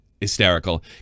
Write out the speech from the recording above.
hysterical